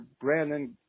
Brandon